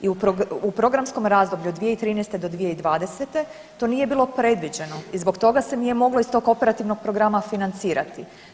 I u programskom razdoblju od 2013. do 2020. to nije bilo predviđeno i zbog toga se nije moglo iz tog operativnog programa financirati.